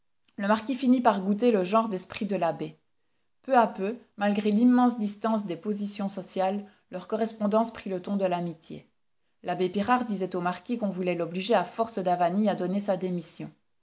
le marquis finis par goûter le genre d'esprit de l'abbé peu à peu malgré l'immense distance des positions sociales leur correspondance prit le ton de l'amitié l'abbé pirard disait au marquis qu'on voulait l'obliger à force d'avanies à donner sa démission